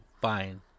fine